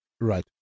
Right